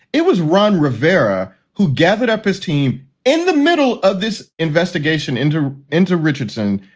it was ron rivera who gathered up his team in the middle of this investigation into into richardson.